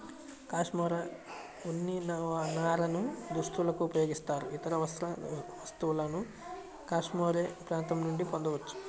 cashmere ఉన్ని నారను దుస్తులకు ఉపయోగిస్తారు, ఇతర వస్త్ర వస్తువులను కాష్మెరె ప్రాంతం నుండి పొందవచ్చు